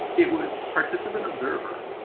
it was participant observer.